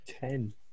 Ten